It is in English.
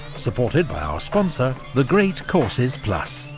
supported by our sponsor, the great courses plus.